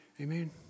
Amen